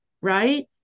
right